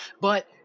But-